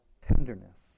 tenderness